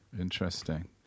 Interesting